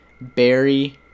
Barry